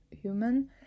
human